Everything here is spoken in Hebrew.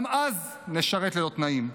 גם אז נשרת ללא תנאים.